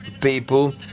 people